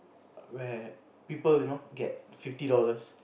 where people you know get fifty dollars